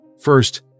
First